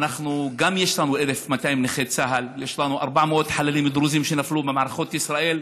יש לנו 1,200 נכי צה"ל ו-400 חללים דרוזים שנפלו במערכות ישראל,